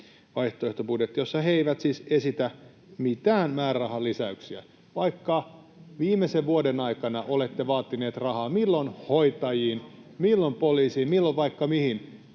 vaihtoehtobudjetti, jossa he eivät siis esitä mitään määrärahalisäyksiä, vaikka viimeisen vuoden aikana olette vaatineet rahaa milloin hoitajiin, milloin poliisiin, milloin vaikka mihin.